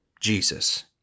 Jesus